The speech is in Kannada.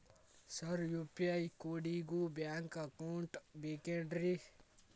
ಸರ್ ಯು.ಪಿ.ಐ ಕೋಡಿಗೂ ಬ್ಯಾಂಕ್ ಅಕೌಂಟ್ ಬೇಕೆನ್ರಿ?